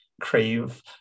crave